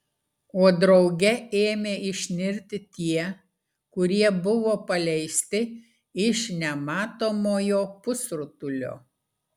o drauge ėmė išnirti tie kurie buvo paleisti iš nematomojo pusrutulio